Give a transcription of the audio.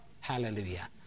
Hallelujah